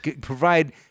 provide